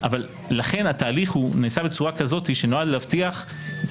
אבל לכן התהליך נעשה בצורה כזאת שנועד להבטיח את